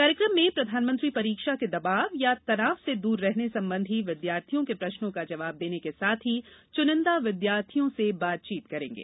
कार्यकम में प्रधानमंत्री परीक्षा के दबाव या तनाव से दूर रहने सबंधी विद्यार्थियों के प्रश्नों का जवाब देने के साथ ही चुनिन्दा विद्यार्थियों से बातचीत करेंगें